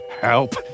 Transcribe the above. Help